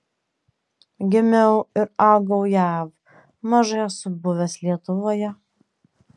gimiau ir augau jav mažai esu buvęs lietuvoje